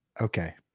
okay